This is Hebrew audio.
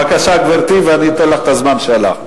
בבקשה, גברתי, ואני אתן לך את הזמן שהלך.